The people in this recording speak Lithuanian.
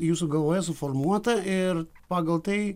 jūsų galvoje suformuota ir pagal tai